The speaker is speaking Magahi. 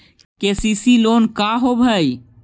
के.सी.सी लोन का होब हइ?